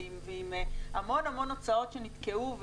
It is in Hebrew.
ועם המון המון הוצאות שנתקעו.